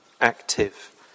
active